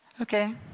Okay